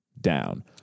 down